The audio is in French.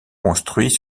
construits